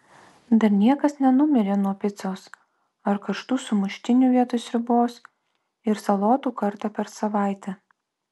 dar niekas nenumirė nuo picos ar karštų sumuštinių vietoj sriubos ir salotų kartą per savaitę